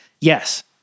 Yes